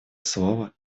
слово